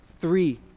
Three